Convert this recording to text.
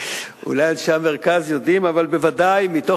אולי אנשי המרכז יודעים,